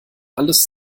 alles